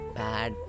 bad